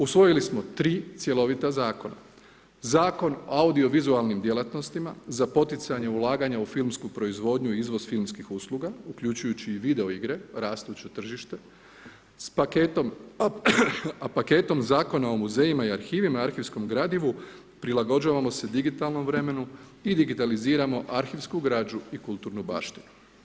Usvojili smo 3 cjelovita zakona: Zakon o audiovizualnim djelatnostima za poticanje ulaganja u filmsku proizvodnju i izvoz filmskih usluga uključujući i videoigre rastuće tržište sa paketom Zakona o muzejima i arhivima i arhivskom gradivu prilagođavamo se digitalnom vremenu i digitaliziramo arhivsku građu i kulturnu baštinu.